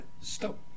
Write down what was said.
stop